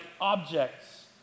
objects